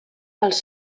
els